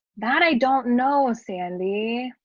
that i don't know, sandy.